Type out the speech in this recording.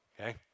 okay